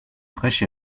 fraîche